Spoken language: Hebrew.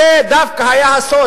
זה דווקא היה הסוד.